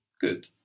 Good